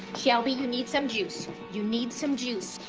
shelby you need some juice. you need some juice.